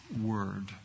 Word